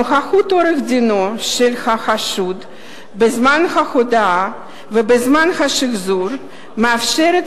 נוכחות עורך-דינו של החשוד בזמן ההודאה ובזמן השחזור מאפשרת